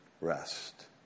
Rest